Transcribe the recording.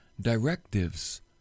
directives